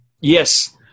yes